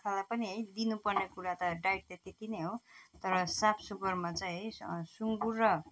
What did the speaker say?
बाख्रालाई पनि है दिनु पर्ने कुरा त डाइट त त्यति नै हो तर सफा सुग्घरमा चाहिँ है सुँगुर र